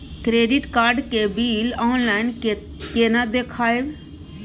Credit card के bill online केना देखबय?